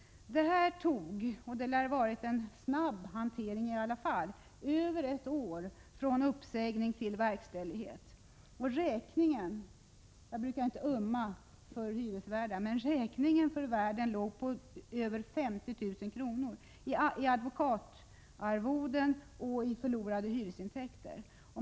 Detta tog, och det lär ha varit en snabb hantering, över ett år från uppsägning till verkställighet. Räkningen — jag brukar ju inte ömma för hyresvärdar — för värden löd på ungefär 50 000 i kr., i advokatarvoden och i förlorade hyresintäkter.